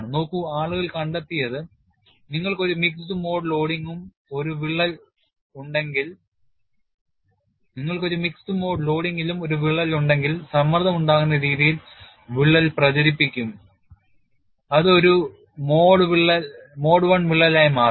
നോക്കൂ ആളുകൾ കണ്ടെത്തിയത് നിങ്ങൾക്ക് ഒരു മിക്സഡ് മോഡ് ലോഡിംഗിലും ഒരു വിള്ളൽ ഉണ്ടെങ്കിൽ സമ്മർദ്ദം ഉണ്ടാകുന്ന രീതിയിൽ വിള്ളൽ പ്രചരിപ്പിക്കുംഅത് ഒരു മോഡ് Iവിള്ളൽ ആയി മാറും